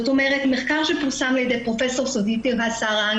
מחקר שפורסם על ידי פרופ' Sudipta Sarangi